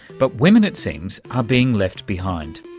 but women, it seems, are being left behind.